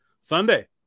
sunday